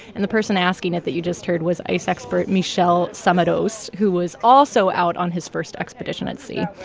and the person asking it that you just heard was ice expert michel tsamados, who was also out on his first expedition at sea.